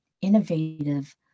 innovative